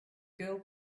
girl